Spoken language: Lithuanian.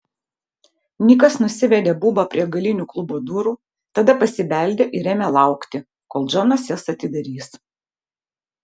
nikas nusivedė bubą prie galinių klubo durų tada pasibeldė ir ėmė laukti kol džonas jas atidarys